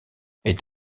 est